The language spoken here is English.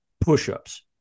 push-ups